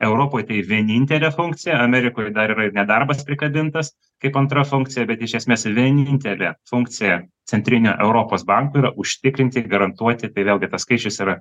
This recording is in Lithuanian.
europoj tai vienintelė funkcija amerikoj dar yra ir nedarbas prikabintas kaip antra funkcija bet iš esmės vienintelė funkcija centrinio europos banko yra užtikrinti garantuoti tai vėlgi tas skaičius yra